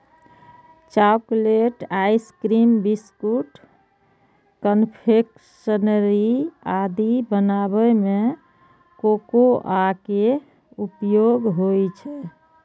chocolate, ice cream, biscuit, confectionery आदि बनाबै मे कोकोआ के उपयोग होइ छै